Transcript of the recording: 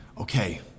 okay